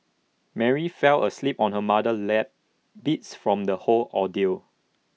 Mary fell asleep on her mother's lap beats from the whole ordeal